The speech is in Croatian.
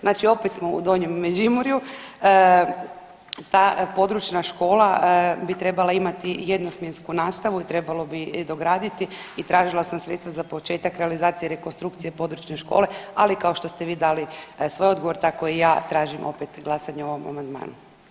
Znači opet smo u Donjem Međimurju ta područna škola bi trebala imati jednosmjensku nastavu i trebalo bi dograditi i tražila sam sredstva za početak realizacije rekonstrukcije područne škole, ali kao što ste vi dali svoj odgovor tako i ja tražim glasanje o ovom amandmanu.